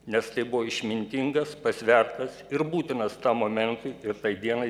nes tai buvo išmintingas pasvertas ir būtinas tam momentui ir tai dienai